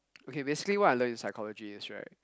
okay basically what I learn in psychology is right